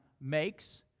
makes